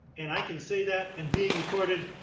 and i can say that, and being recorded,